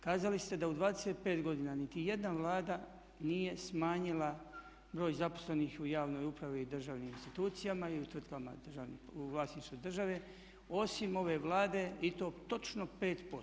Kazali ste da u 25 godina niti jedna Vlada nije smanjila broj zaposlenih u javnoj upravi i državnim institucijama i u tvrtkama u vlasništvu države osim ove Vlade i to točno 5%